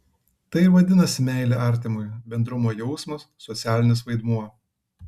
tai ir vadinasi meilė artimui bendrumo jausmas socialinis vaidmuo